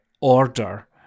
order